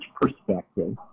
perspective